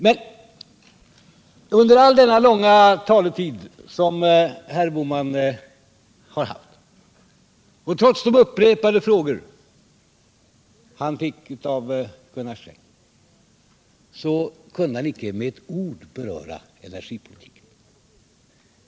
— Men — Nr 42 under den långa tid herr Bohman hade till sitt förfogande, och trots de upprepade frågor han fick av Gunnar Sträng, kunde han inte med ett ord beröra energipolitiken.